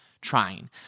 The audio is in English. trying